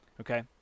Okay